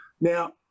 Now